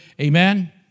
Amen